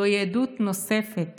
זוהי עדות נוספת